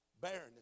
barrenness